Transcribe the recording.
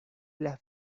las